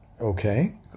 Okay